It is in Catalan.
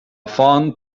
font